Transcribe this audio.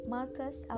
Marcus